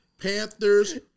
Panthers